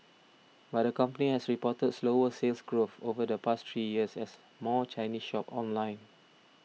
but the company has reported slower Sales Growth over the past three years as more Chinese shop online